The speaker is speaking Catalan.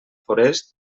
forest